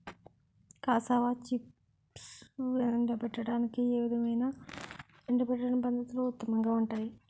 Cassava చిప్స్ను ఎండబెట్టడానికి ఏ విధమైన ఎండబెట్టడం పద్ధతులు ఉత్తమంగా ఉంటాయి?